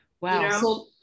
Wow